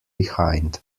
behind